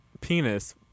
Penis